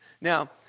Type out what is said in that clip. Now